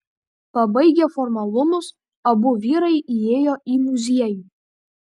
pabaigę formalumus abu vyrai įėjo į muziejų